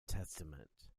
testament